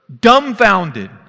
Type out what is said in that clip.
Dumbfounded